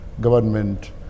government